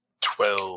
Twelve